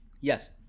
yes